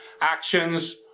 actions